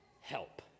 help